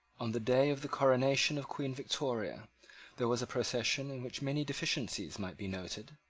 on the day of the coronation of queen victoria there was a procession in which many deficiencies might be noted,